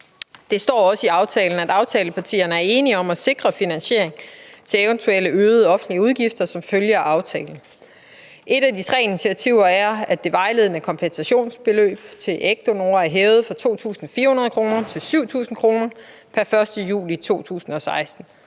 Det står også i aftalen, at aftalepartierne er enige om at sikre finansiering til eventuelle øgede offentlige udgifter som følge af aftalen. Et af de tre initiativer er, at det vejledende kompensationsbeløb til ægdonorer er hævet fra 2.400 kr. til 7.000 kr. pr. 1. juli 2016.